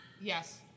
Yes